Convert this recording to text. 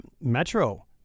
Metro